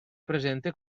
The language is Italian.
presente